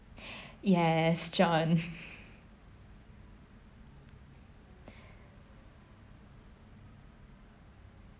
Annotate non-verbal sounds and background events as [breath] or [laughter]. [breath] yes john [breath]